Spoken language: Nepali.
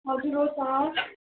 हजुर हो त